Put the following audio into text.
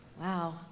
Wow